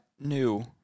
new